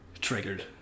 Triggered